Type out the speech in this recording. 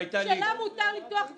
מותר לה למתוח ביקורת,